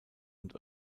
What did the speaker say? und